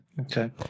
Okay